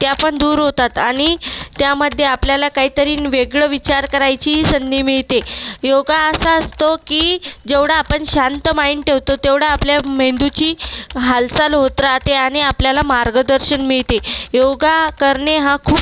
त्या पण दूर होतात आणि त्यामध्ये आपल्याला काहीतरी न् वेगळं विचार करायची संधी मिळते योगा असा असतो की जेवढा आपण शांत माईन ठेवतो तेवढा आपल्या मेंदूची हालचाल होत राहते आणि आपल्याला मार्गदर्शन मिळते योगा करणे हा खूप